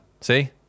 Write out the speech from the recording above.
See